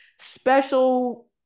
special